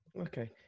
Okay